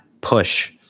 push